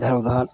इधर उधर